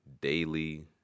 daily